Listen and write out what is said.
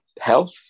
health